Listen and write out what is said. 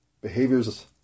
behaviors